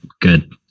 good